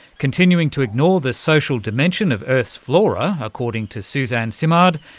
continuing to ignore the social dimension of earth's flora, according to suzanne simard,